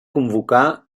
convocar